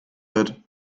wird